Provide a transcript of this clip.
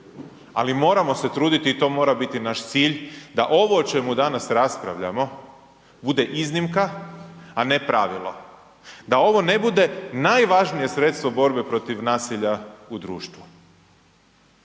ali moramo se truditi i to mora biti naš cilj da ovo o čemu danas raspravljamo bude iznimka, a ne pravilo. Da ovo ne bude najvažnije sredstvo borbe protiv nasilja u društvu,